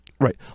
Right